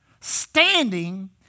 standing